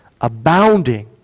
Abounding